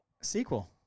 Sequel